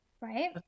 right